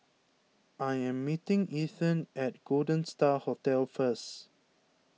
I am meeting Ethan at Golden Star Hotel first